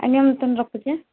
ଆଜ୍ଞା ମୁଁ ତାହେଲେ ରଖୁଛି ଆ